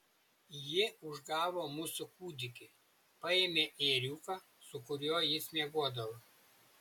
ji užgavo mūsų kūdikį paėmė ėriuką su kuriuo jis miegodavo